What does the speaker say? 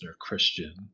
Christian